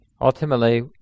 ultimately